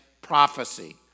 prophecy